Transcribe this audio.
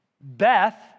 Beth